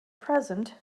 present